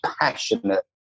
passionate